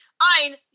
Ein